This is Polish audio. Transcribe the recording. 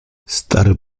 stary